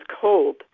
cold